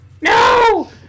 No